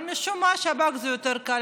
אבל משום מה השב"כ זה יותר קל.